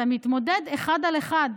אתה מתמודד אחד על אחד.